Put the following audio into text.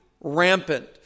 rampant